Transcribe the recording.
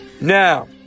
Now